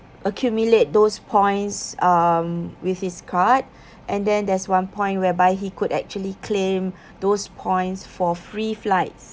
accumulate those points um with his card and then there's one point whereby he could actually claim those points for free flights